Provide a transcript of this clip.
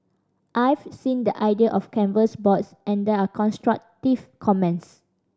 I've seen the idea of canvas boards and there are constructive comments